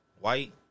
white